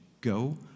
Go